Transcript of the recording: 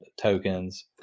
tokens